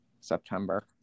September